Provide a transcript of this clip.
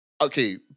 okay